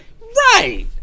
Right